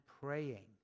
praying